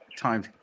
time